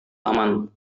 taman